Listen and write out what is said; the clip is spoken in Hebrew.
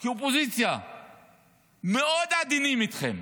מאוד עדינים איתכם,